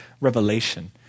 revelation